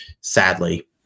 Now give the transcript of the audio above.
sadly